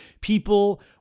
people